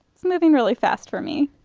it's moving really fast for me.